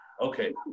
Okay